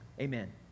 amen